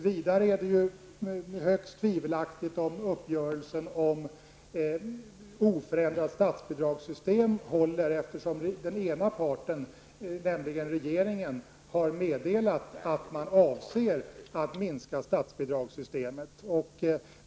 Vidare är det ju högst tvivelaktigt om uppgörelsen om oförändrat statsbidragssystem håller, eftersom den ena parten, nämligen regeringen, har meddelat att man avser att minska statsbidragssystemet.